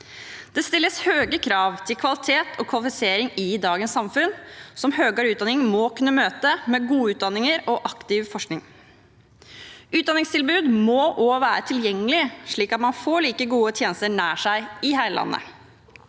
Det stilles høye krav til kvalitet og kvalifisering i dagens samfunn, som høyere utdanning må kunne møte med gode utdanninger og aktiv forskning. Utdanningstilbud må også være tilgjengelig, slik at man får like gode tjenester nær seg i hele landet.